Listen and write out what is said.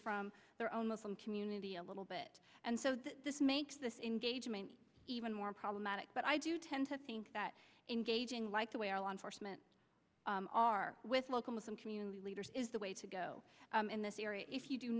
from their own muslim community a little bit and so this makes this even more problematic but i do tend to think that engaging like the way our law enforcement are with local muslim community leaders is the way to go in this area if you do